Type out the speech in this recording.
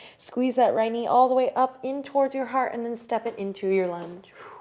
squeeze that right knee all the way up in towards your heart and then step it into your lunge.